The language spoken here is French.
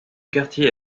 quartier